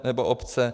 Nebo obce.